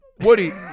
Woody